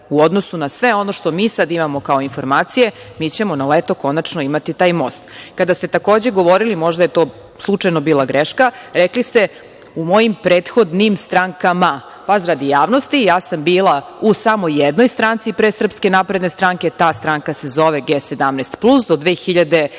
u odnosu na sve ono što mi sada imamo kao informacije, mi ćemo na leto konačno imati taj most. Kada ste takođe govorili, možda je to slučajno bila greška, rekli ste – u mojim prethodnim strankama. Radi javnosti, ja sam bila samo u jednoj stranci pre SNS, ta stranka se zove G17+, do 2004.